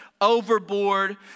overboard